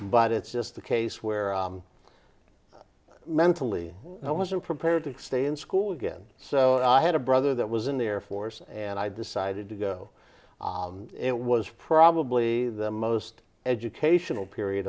but it's just a case where mentally i wasn't prepared to stay in school again so i had a brother that was in the air force and i decided to go it was probably the most educational period